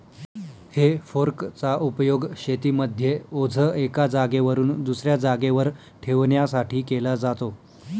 हे फोर्क चा उपयोग शेतीमध्ये ओझ एका जागेवरून दुसऱ्या जागेवर ठेवण्यासाठी केला जातो